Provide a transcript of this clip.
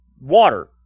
water